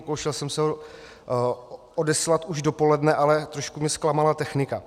Pokoušel jsem se ho odeslat už dopoledne, ale trošku mě zklamala technika.